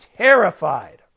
terrified